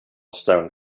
stone